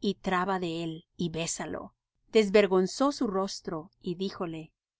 y traba de él y bésalo desvergonzó su rostro y díjole sacrificios